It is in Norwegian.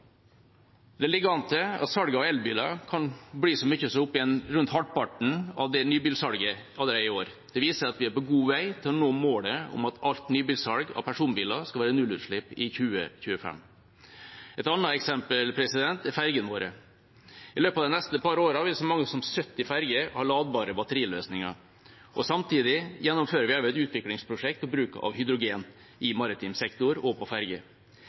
Det ligger an til at salget av elbiler kan bli så mye som rundt halvparten av nybilsalget allerede i år. Det viser at vi er på god vei til å nå målet om at alt nybilsalg av personbiler skal ha nullutslipp i 2025. Et annet eksempel er fergene våre. I løpet av de neste par årene vil så mange som 70 ferger ha ladbare batteriløsninger. Samtidig gjennomfører vi også et utviklingsprosjekt for bruk av hydrogen i maritim sektor og på